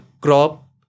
crop